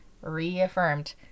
reaffirmed